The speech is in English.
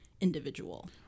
individual